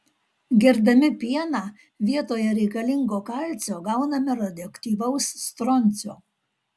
gerdami pieną vietoje reikalingo kalcio gauname radioaktyvaus stroncio